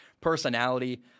personality